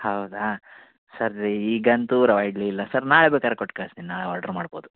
ಹೌದಾ ಸರ್ ಈಗ ಅಂತು ರವೆ ಇಡ್ಲಿ ಇಲ್ಲ ಸರ್ ನಾಳೆ ಬೇಕಾರೆ ಕೊಟ್ಟು ಕಳಿಸ್ತೀನಿ ನಾಳೆ ಆರ್ಡರ್ ಮಾಡ್ಬೋದು